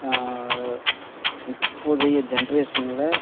இப்போதைய ஜென்ரேஷனில்